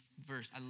verse